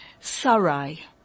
Sarai